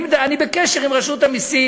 אני בקשר עם רשות המסים,